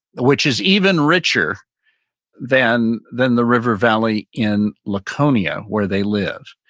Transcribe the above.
which is even richer than than the river valley in laconia where they live,